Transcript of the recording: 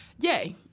yay